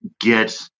get